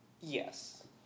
Yes